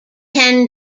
ken